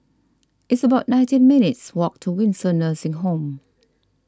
it's about nineteen minutes' walk to Windsor Nursing Home